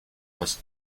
was